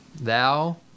Thou